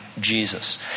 jesus